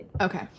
Okay